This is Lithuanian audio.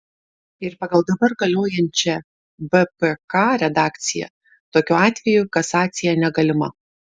ir pagal dabar galiojančią bpk redakciją tokiu atveju kasacija negalima